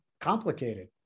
complicated